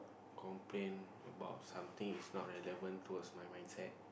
complain about something is not relevant towards my mindset